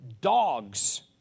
dogs